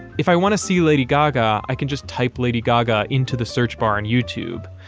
if i want to see lady gaga, i can just type lady gaga into the search bar on youtube.